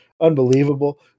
Unbelievable